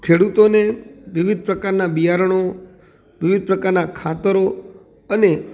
ખેડૂતોને વિવિધ પ્રકારના બિયારણો વિવિધ પ્રકારના ખાતરો અને